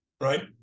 Right